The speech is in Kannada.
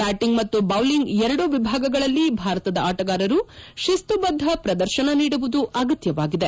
ಬ್ಲಾಟಿಂಗ್ ಮತ್ತು ಬೌಲಿಂಗ್ ಎರಡೂ ವಿಭಾಗಗಳಲ್ಲಿ ಭಾರತದ ಆಟಗಾರರು ಶಿಸ್ತುಬದ್ದ ಪ್ರದರ್ಶನ ನೀಡುವುದು ಅಗತ್ತವಾಗಿದೆ